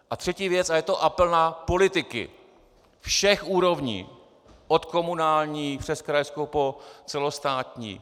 A třetí věc a je to apel na politiky všech úrovní, od komunální přes krajskou po celostátní.